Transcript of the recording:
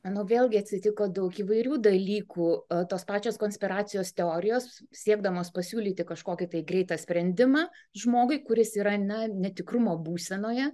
manau vėlgi atsitiko daug įvairių dalykų o tos pačios konspiracijos teorijos siekdamos pasiūlyti kažkokį tai greitą sprendimą žmogui kuris yra ne netikrumo būsenoje